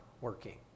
working